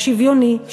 השוויוני,